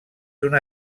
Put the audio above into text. una